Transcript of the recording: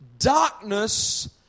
Darkness